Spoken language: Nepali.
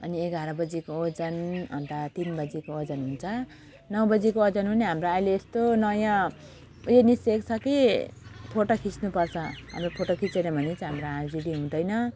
अनि एघार बजीको ओजन अन्त तिन बजीको ओजन हुन्छ नौ बजीको ओजनमा पनि हाम्रो अहिले नयाँ उयो निस्केको छ कि फोटो खिच्नुपर्छ यो फोटो खिचेनौँ भने चाहिँ हाम्रो हाजिरी हुँदैन